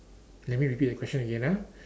let me repeat the question again ah